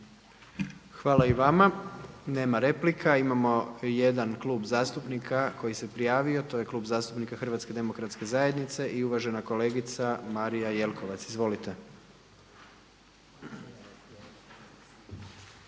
Hvala i vama. Nema replika. Imamo jedan klub zastupnika koji se prijavio to je Klub zastupnika Hrvatske demokratske zajednice i uvažena kolegica Marija Jelkovac. Izvolite.